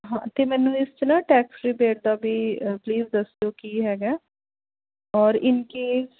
ਹਾਂ ਤੇ ਮੈਨੂੰ ਇਸ 'ਚ ਨਾ ਟੈਕਸ ਪੇਡ ਦਾ ਵੀ ਕਲੀਅਰ ਦੱਸ ਦਿਉ ਕੀ ਹੈਗਾ ਔਰ ਇਨ ਕੇਸ